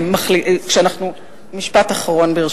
ברשותך, משפט אחרון.